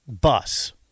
bus